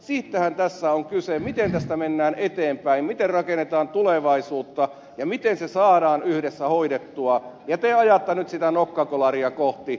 siitähän tässä on kyse miten tästä mennään eteenpäin miten rakennetaan tulevaisuutta ja miten se saadaan yhdessä hoidettua ja te ajatte nyt sitä nokkakolaria kohti